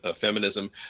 feminism